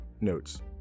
Notes